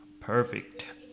perfect